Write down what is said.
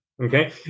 Okay